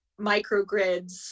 microgrids